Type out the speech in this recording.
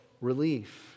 relief